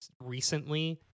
recently